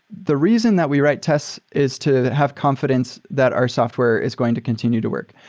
the reason that we write tests is to have confidence that our software is going to continue to work.